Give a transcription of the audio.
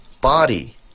body